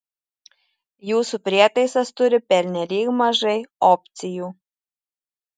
jūsų prietaisas turi pernelyg mažai opcijų